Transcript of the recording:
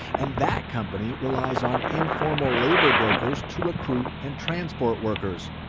and that company relies on informal labor brokers to recruit and transport workers.